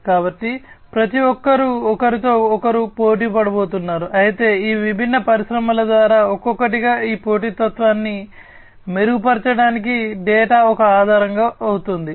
కాబట్టి ప్రతిఒక్కరూ ఒకరితో ఒకరు పోటీ పడబోతున్నారు అయితే ఈ విభిన్న పరిశ్రమల ద్వారా ఒక్కొక్కటిగా ఈ పోటీతత్వాన్ని మెరుగుపరచడానికి డేటా ఒక ఆధారం అవుతుంది